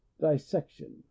dissection